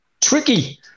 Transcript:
tricky